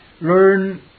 Learn